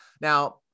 Now